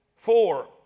Four